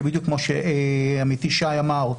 כמו שעמיתי שי אמר,